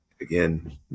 again